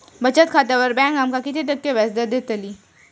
बचत खात्यार बँक आमका किती टक्के व्याजदर देतली?